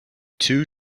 two